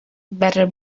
better